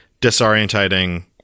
disorientating-